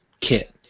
kit